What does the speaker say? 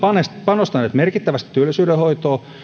panostaneet merkittävästi työllisyyden hoitoon